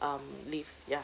um leaves yeah